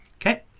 Okay